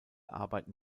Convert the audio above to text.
arbeiten